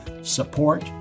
support